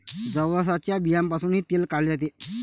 जवसाच्या बियांपासूनही तेल काढले जाते